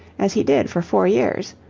as he did for four years.